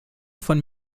von